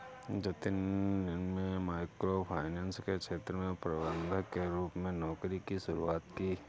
जतिन में micro finance के क्षेत्र में प्रबंधक के रूप में नौकरी की शुरुआत की